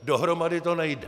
Dohromady to nejde.